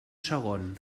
segon